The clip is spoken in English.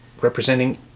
representing